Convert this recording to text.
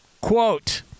Quote